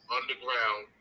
Underground